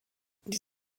die